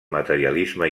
materialisme